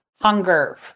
hunger